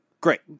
Great